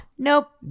Nope